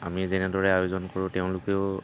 আমি যেনেদৰে আয়োজন কৰোঁ তেওঁলোকেও